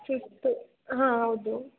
ಸುಸ್ತು ಹಾಂ ಹೌದು